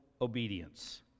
obedience